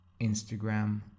Instagram